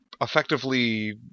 effectively –